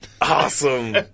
awesome